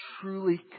truly